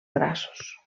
braços